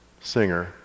singer